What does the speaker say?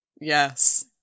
Yes